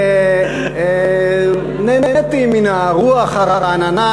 אני נהניתי מן הרוח הרעננה,